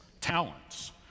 Talents